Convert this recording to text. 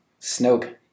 Snoke